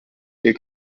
der